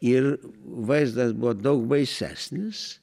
ir vaizdas buvo daug baisesnis